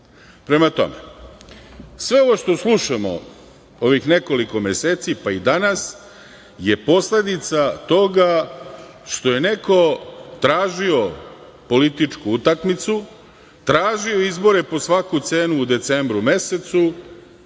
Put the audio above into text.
Prema tome, sve ovo što slušamo ovih nekoliko meseci, pa i danas je posledica toga što je neko gražio političku utakmicu, tražio izbore po svaku cenu u decembru mesecu